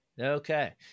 Okay